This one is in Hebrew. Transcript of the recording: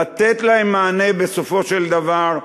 לתת להם מענה בסופו של דבר,